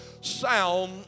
Sound